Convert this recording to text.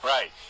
Right